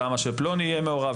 למה שפלוני יהיה מעורב,